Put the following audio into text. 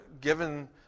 given